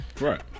Right